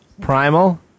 primal